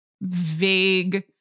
vague